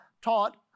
taught